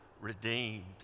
redeemed